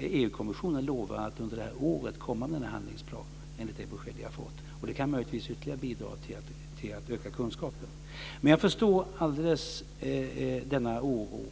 EU-kommissionen lovar att under detta år komma med en handlingsplan, enligt det besked vi har fått. Det kan möjligtvis ytterligare bidra till att öka kunskapen. Jag förstår helt denna oro.